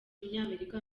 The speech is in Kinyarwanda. umunyamerika